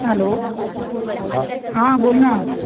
hello हां बोल ना